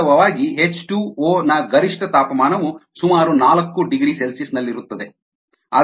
ವಾಸ್ತವವಾಗಿ H2O ನ ಗರಿಷ್ಠ ತಾಪಮಾನವು ಸುಮಾರು 40C ನಲ್ಲಿರುತ್ತದೆ